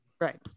Right